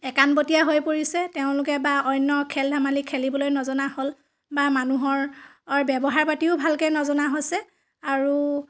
একানপতীয়া হৈ পৰিছে তেওঁলোকে বা অন্য খেল ধেমালি খেলিবলৈ নজনা হ'ল বা মানুহৰ ব্যৱহাৰ পাতিও ভালকৈ নজনা হৈছে আৰু